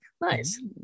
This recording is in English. Nice